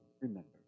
remember